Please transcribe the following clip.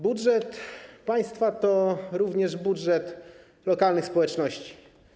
Budżet państwa to również budżet lokalnych społeczności.